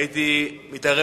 הייתי מתערב